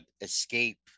escape